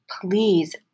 Please